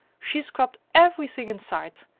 she scrubbed everything in sight,